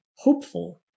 Hopeful